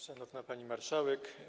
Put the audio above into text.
Szanowna Pani Marszałek!